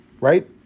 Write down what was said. Right